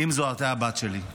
אם זו הייתה הבת שלי,